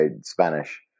Spanish